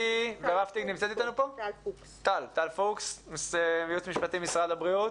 נמצאת איתנו טל פוקס מהייעוץ המשפטי במשרד הבריאות,